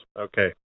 Okay